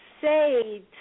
say